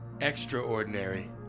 extraordinary